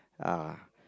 uh